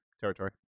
territory